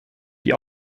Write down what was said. die